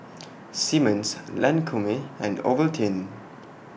Simmons Lancome and Ovaltine